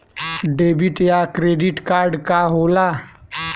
Debit या credit card का होला?